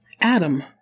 Adam